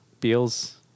Beals